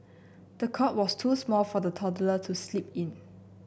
the cot was too small for the toddler to sleep in